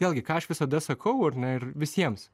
vėlgi ką aš visada sakau ar ne ir visiems